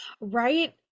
Right